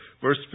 Verse